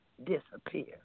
Disappear